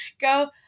go